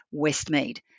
Westmead